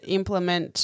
implement